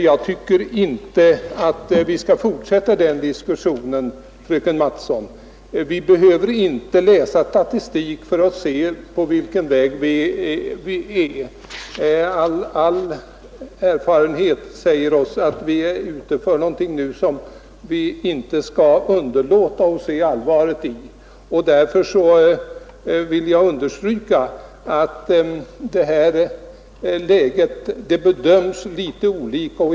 Jag tycker inte att vi skall fortsätta den diskussionen, fröken Mattson. Vi behöver inte läsa statistik för att se på vilken väg vi är. All erfarenhet säger oss att vi nu är ute för någonting som vi inte skall underlåta att se allvaret i. Jag vill alltså understryka att det här läget bedöms litet olika.